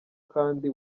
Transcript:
kandi